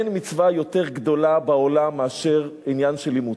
אין מצווה יותר גדולה בעולם מאשר עניין של אימוץ.